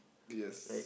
yes